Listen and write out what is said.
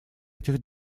этих